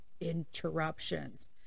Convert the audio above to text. interruptions